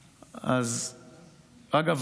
אגב,